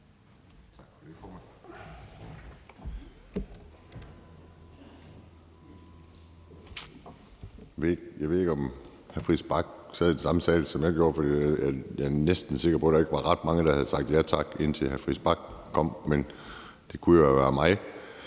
Jeg ved ikke, om hr. Christian Friis Bach sad i den samme sal, som jeg gjorde, for jeg er næsten sikker på, at der ikke var ret mange, der havde sagt ja tak, indtil hr. Christian Friis Bach kom, men det kunne jo være mig.